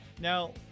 Now